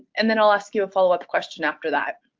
and then i'll ask you a follow-up question after that.